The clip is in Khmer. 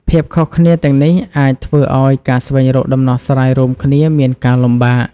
ភាពខុសគ្នាទាំងនេះអាចធ្វើឱ្យការស្វែងរកដំណោះស្រាយរួមគ្នាមានការលំបាក។